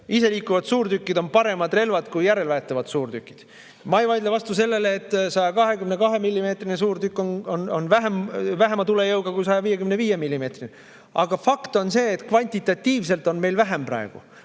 iseliikuvad suurtükid on paremad relvad kui järelveetavad suurtükid. Ma ei vaidle vastu sellele, et 122-millimeetrine suurtükk on vähema tulejõuga kui 155-millimeetrine. Aga fakt on see, et kvantitatiivselt on meil praegu